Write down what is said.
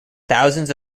thousands